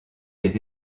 des